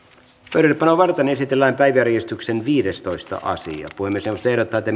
pöydällepanoa varten esitellään päiväjärjestyksen viidestoista asia puhemiesneuvosto ehdottaa että